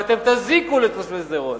ואתם תזיקו לתושבי שדרות.